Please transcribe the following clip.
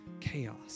chaos